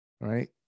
Right